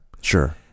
sure